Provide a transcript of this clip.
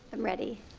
um ready